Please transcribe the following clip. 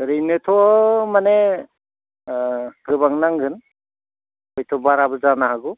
ओरैनोथ' माने गोबां नांगोन हयत' बाराबो जानो हागौ